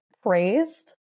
praised